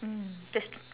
mm that's